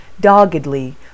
doggedly